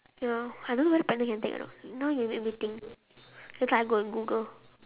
ya I don't know whether pregnant can take or not now you make me think later I go and google